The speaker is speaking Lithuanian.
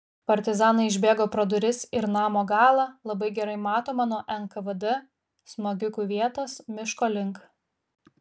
partizanai išbėgo pro duris ir namo galą labai gerai matomą nuo nkvd smogikų vietos miško link